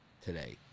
today